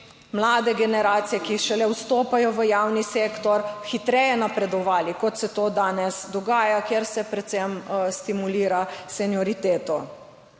mlade generacije, ki šele vstopajo v javni sektor, hitreje napredovali, kot se to danes dogaja, kjer se predvsem stimulira senioriteto.